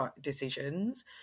decisions